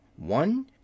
one